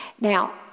Now